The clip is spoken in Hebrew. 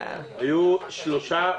היו שלושה,